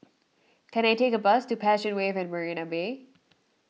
can I take a bus to Passion Wave at Marina Bay